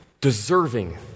deserving